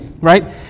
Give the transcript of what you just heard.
right